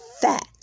fat